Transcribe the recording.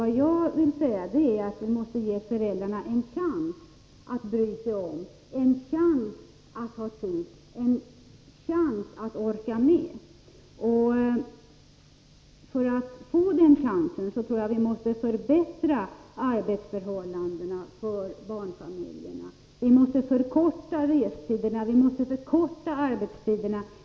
Vad jag vill är att vi måste ge föräldrarna en chans att bry sig om, en chans att ha tid, en chans att orka med. För att föräldrarna skall få denna chans måste vi förbättra arbetsförhållandena för barnfamiljerna. Vi måste förkorta restiderna, vi måste förkorta arbetstiden.